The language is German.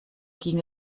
ging